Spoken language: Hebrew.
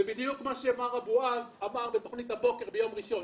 זה בדיוק מה שמר אבואב אמר בתכנית הבוקר ביום ראשון.